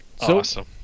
Awesome